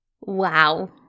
Wow